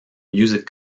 music